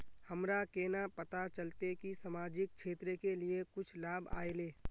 हमरा केना पता चलते की सामाजिक क्षेत्र के लिए कुछ लाभ आयले?